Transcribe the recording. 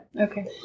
Okay